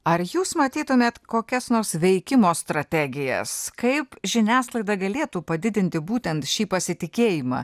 ar jūs matytumėt kokias nors veikimo strategijas kaip žiniasklaida galėtų padidinti būtent šį pasitikėjimą